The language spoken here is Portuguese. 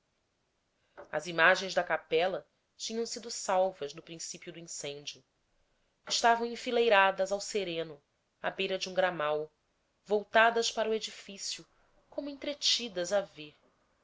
as imagens da capela tinham sido salvas no principio do incêndio estavam enfileiradas ao sereno a beira de um gramal voltadas para o edifício como entretidas a ver